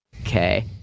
okay